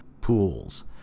Pools